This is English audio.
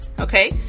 okay